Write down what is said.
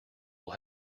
will